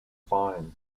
fine